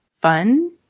fun